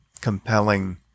compelling